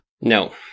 No